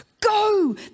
Go